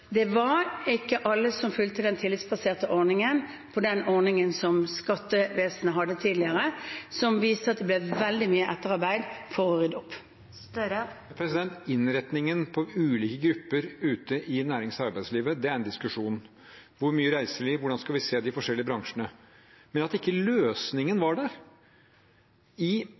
ikke var alle som fulgte den tillitsbaserte ordningen i forhold til den ordningen som skattevesenet hadde tidligere, som viser at det blir veldig mye etterarbeid for å rydde opp. Innretningen på ulike grupper ute i nærings- og arbeidslivet er en diskusjon – hvor mye reiseliv, hvordan skal vi se de forskjellige bransjene – men at ikke løsningen var der! I